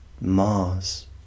Mars